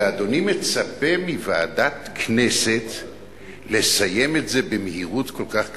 ואדוני מצפה מוועדת כנסת לסיים את זה במהירות כל כך גדולה?